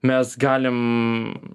mes galim